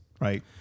Right